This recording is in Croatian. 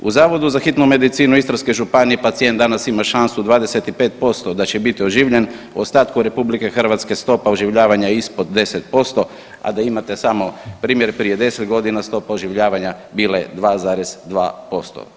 U Zavodu za hitnu medicinu Istarske županije pacijent danas ima šansu 25% da će biti oživljen, u ostatku RH stopa oživljavanja je ispod 10%, a da imate samo primjer prije 10 godina stopa oživljavanja bila je 2,2%